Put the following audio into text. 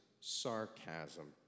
sarcasm